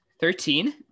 Thirteen